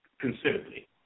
considerably